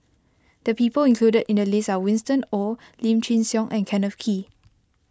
the people included in the list are Winston Oh Lim Chin Siong and Kenneth Kee